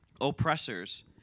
oppressors